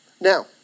Now